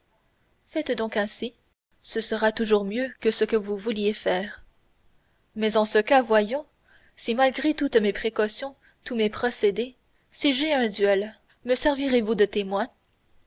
faites donc ainsi ce sera toujours mieux que ce que vous vouliez faire mais en ce cas voyons si malgré toutes mes précautions tous mes procédés si j'ai un duel me servirez vous de témoin